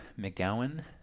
McGowan